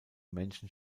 menschen